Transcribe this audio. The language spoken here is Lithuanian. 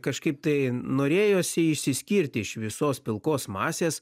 kažkaip tai norėjosi išsiskirti iš visos pilkos masės